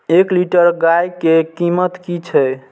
एक लीटर गाय के कीमत कि छै?